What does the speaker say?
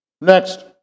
Next